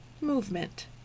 movement